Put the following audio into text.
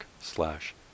slash